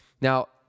Now